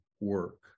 work